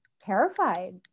terrified